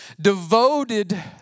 devoted